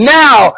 now